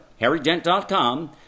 harrydent.com